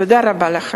תודה רבה לכם.